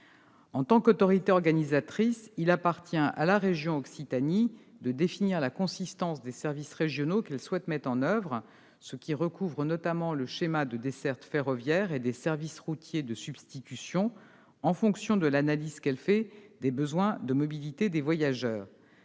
En tant qu'autorité organisatrice, il appartient par ailleurs à la région Occitanie de définir la consistance des services régionaux qu'elle souhaite mettre en oeuvre, ce qui recouvre notamment le schéma des dessertes ferroviaires et des services routiers de substitution, en fonction de l'analyse qu'elle fait des besoins de mobilité des voyageurs.